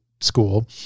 school